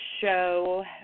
show